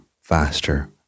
faster